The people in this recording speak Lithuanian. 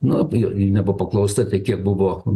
nu ir jinai buvo paklausta tai kiek buvo